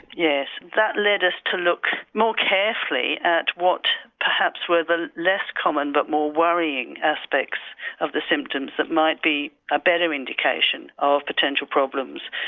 yes, that led us to look more carefully at what perhaps were the less common but more worrying aspects of the symptoms that might be a better indication of potential problems.